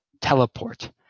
teleport